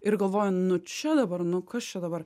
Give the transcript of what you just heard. ir galvoju nu čia dabar nu kas čia dabar